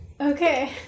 Okay